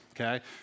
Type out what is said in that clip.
okay